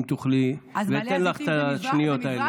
אם תוכלי, אני אתן לך את השניות האלה.